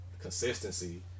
consistency